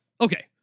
Okay